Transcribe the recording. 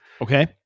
Okay